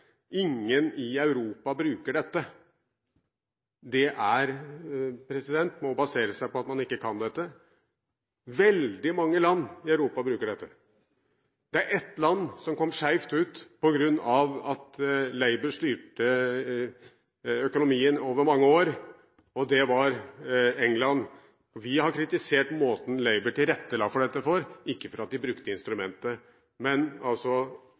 Ingen i Europa bruker det. Det må basere seg på at man ikke kan dette. Veldig mange land i Europa bruker det. Det var ett land som kom skjevt ut på grunn av at Labour styrte økonomien i mange år, og det var England. Vi har kritisert måten Labour tilrettela for dette på, ikke for at de brukte instrumentet. Men